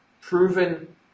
proven